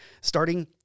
starting